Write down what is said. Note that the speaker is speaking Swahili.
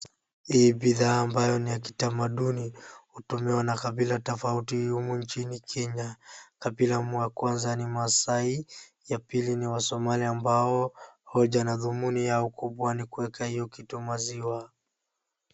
Hii bidhaa ambayo ni ya kitamaduni hutumiwa na kabila tofauti humu nchini Kenya. Kabila wa kwanza ni maasai, ya pili ni wasomali ambao hoja nadhumuni yao kubwa ni kuwekea hiyo kitu maziwa.